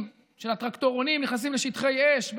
של הטרקטורונים נכנסים לשטחי אש,